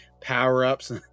power-ups